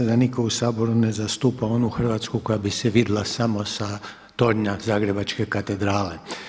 Nadam se da nitko u Saboru ne zastupa onu Hrvatsku koja bi se vidla samo sa tornja Zagrebačke katedrale.